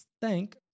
thank